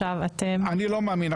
אני לא מאמין,